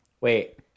Wait